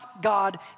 God